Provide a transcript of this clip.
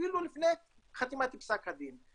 אפילו לפני חתימת פסק הדין.